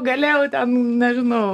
galėjau ten nežinau